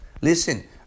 Listen